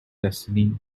destiny